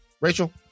Rachel